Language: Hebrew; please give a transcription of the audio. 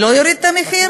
לא יוריד את המחיר?